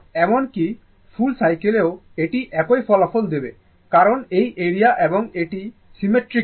এমনকি ফুল সাইকেলেও এটি একই ফলাফল দেবে কারণ এই এরিয়া এবং এটি সিমেট্রিক্যাল